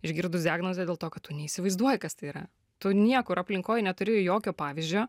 išgirdus diagnozę dėl to kad tu neįsivaizduoji kas tai yra tu niekur aplinkoj neturi jokio pavyzdžio